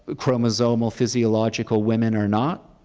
ah chromosomal, physiological women are not?